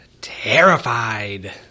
Terrified